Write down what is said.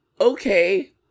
okay